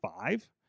five